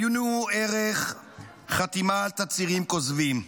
עיינו ערך חתימה על תצהירים כוזבים.